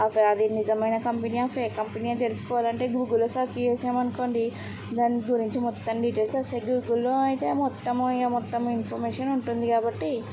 అది నిజమైన company fake company తెలుసుకోవాలంటే గూగుల్లో సెర్చ్ చేసాము అనుకోండి దాని గురించి మొత్తం డీటెయిల్స్ వస్తాయి గూగుల్లో అయితే మొత్తం ఇక మొత్తం ఇంకా మొత్తం ఇన్ఫర్మేషన్ ఉంటుంది కాబట్టి